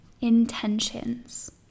intentions